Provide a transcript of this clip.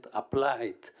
applied